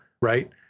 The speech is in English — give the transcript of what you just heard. right